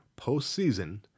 postseason